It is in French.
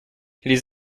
les